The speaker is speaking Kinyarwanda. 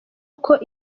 uko